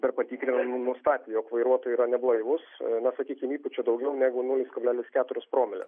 per patikrinimą nustatė jog vairuotojai yra neblaivūs na sakykim įpučia daugiau negu nulis kablelis keturis promilės